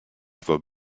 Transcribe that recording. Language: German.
war